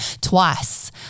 twice